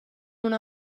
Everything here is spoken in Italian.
una